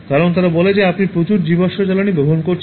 কারণ তারা বলে যে আপনি প্রচুর জীবাশ্ম জ্বালানী গ্রহণ করছেন